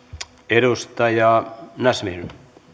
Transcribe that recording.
edustaja nasmyar